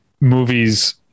movies